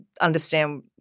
understand